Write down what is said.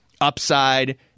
upside